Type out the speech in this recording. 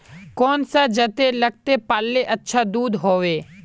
कौन सा जतेर लगते पाल्ले अच्छा दूध होवे?